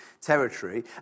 territory